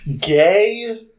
gay